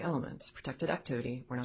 elements protected activity we're not